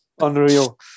unreal